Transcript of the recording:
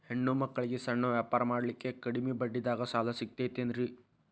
ಹೆಣ್ಣ ಮಕ್ಕಳಿಗೆ ಸಣ್ಣ ವ್ಯಾಪಾರ ಮಾಡ್ಲಿಕ್ಕೆ ಕಡಿಮಿ ಬಡ್ಡಿದಾಗ ಸಾಲ ಸಿಗತೈತೇನ್ರಿ?